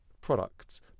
products